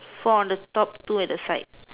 four on the top two at the side